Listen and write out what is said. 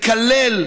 מקלל,